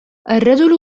الرجل